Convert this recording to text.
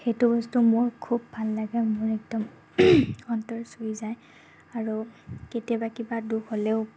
সেইটো বস্তু মোৰ খুব ভাল লাগে মোৰ একদম অন্তৰ চুই যায় আৰু কেতিয়াবা কিবা দুখ হ'লেও